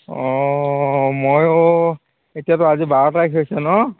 অঁ মইও এতিয়াতো আজি বাৰ তাৰিখ হৈছে নহ্